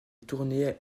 tournée